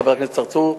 חבר הכנסת צרצור,